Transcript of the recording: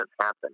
happen